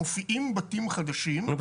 מופיעים בתים חדשים --- נו,